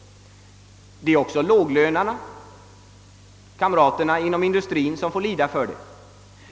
Det är de lågavlönade kamraterna i industrien, som får lida för det.